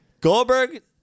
Goldberg